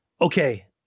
Okay